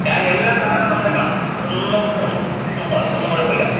ആ എല്ലാ സാധനവും നമ്മുടെ കയ്യില് കാണും ഒന്നും ഒന്നും ഒന്നും ഒന്നും കുഴപ്പമില്ല